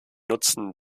nutzen